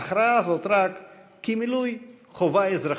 אך ראה זאת רק כמילוי חובה אזרחית.